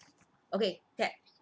okay tap